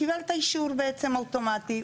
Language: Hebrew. קיבלת אישור בעצם אוטומטי.